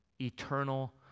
eternal